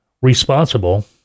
responsible